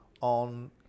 on